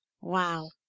Wow